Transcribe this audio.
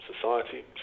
society